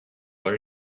what